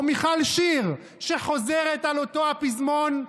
או מיכל שיר, שחוזרת על אותו הפזמון,